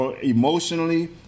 emotionally